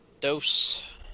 Dose